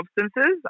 substances